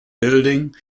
building